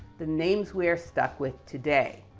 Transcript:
the names we're stuck with today.